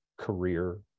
career